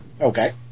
Okay